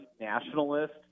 nationalist